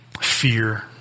fear